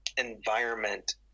environment